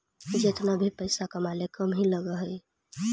जेतना भी पइसा कमाले कम ही लग हई